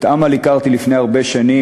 את אמל הכרתי לפני הרבה שנים,